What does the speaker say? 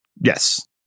Yes